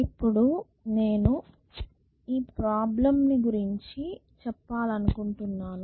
ఇప్పుడు నేను ఈ ప్రాబ్లెమ్ ని గురించి చెప్పాలనుకుంటున్నాను